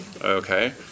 Okay